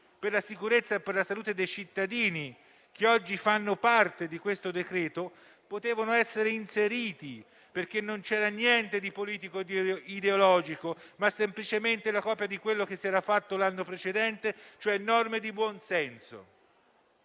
per la sicurezza e la salute dei cittadini, e che oggi fanno parte del decreto, potevano essere inseriti perché non c'era niente di politico e ideologico, ma si trattava semplicemente della copia di quanto si era fatto l'anno precedente, e cioè norme di buonsenso.